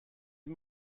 این